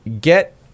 get